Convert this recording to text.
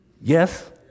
Yes